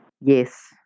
Yes